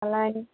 అలానే